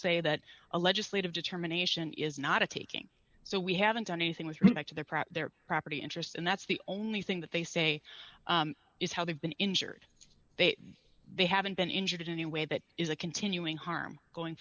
say that a legislative determination is not a taking so we haven't done anything with respect to their press their property interests and that's the only thing that they say is how they've been injured they haven't been injured in any way that is a continuing harm going